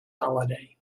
holiday